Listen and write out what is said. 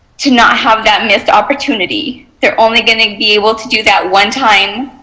to not have that missed opportunity. they are only going to be able to do that one time.